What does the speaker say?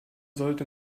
sollte